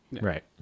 Right